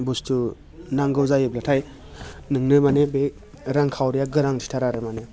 बुस्थु नांगौ जायोब्लाथाय नोंनो माने बे रांखावरिया गोनांथिथार आरो माने